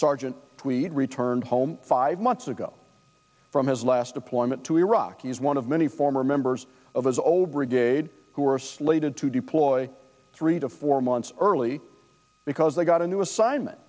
sergeant returned home five months ago from his last deployment to iraq is one of many former members of his old brigade who are slated to deploy three to four months early because they got a new assignment